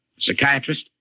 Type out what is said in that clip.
Psychiatrist